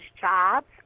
jobs